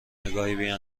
نگاهی